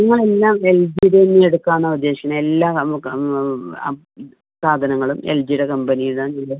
ഉവ്വാ എല്ലാം L G യുടെ തന്നെയെടുക്കാനാണ് ഉദ്ദേശിക്കുന്നത് എല്ലാം നമുക്ക് സാധനങ്ങളും എൽ ജീ യുടെ കമ്പനിയിൽ നിന്ന്